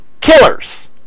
killers